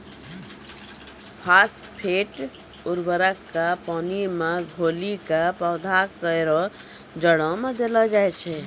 phosphate उर्वरक क पानी मे घोली कॅ पौधा केरो जड़ में देलो जाय छै